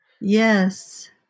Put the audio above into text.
Yes